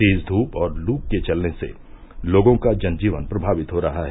तेज ध्रप और लू के चलने से लोगों का जन जीवन प्रभावित हो रहा है